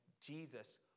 Jesus